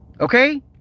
okay